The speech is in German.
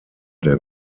der